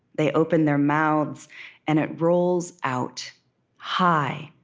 they open their mouths and it rolls out high,